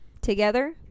together